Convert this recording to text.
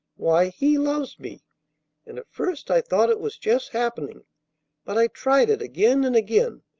why, he loves me and at first i thought it was just happening but i tried it again and again,